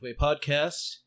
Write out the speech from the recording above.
podcast